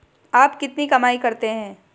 आप कितनी कमाई करते हैं?